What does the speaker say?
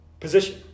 Position